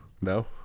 no